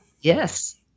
yes